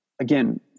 Again